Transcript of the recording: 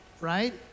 right